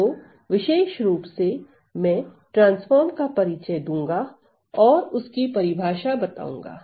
तो विशेष रूप से मैं ट्रांसफार्म का परिचय दूंगा और उसकी परिभाषा बताऊंगा